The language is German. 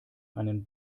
einen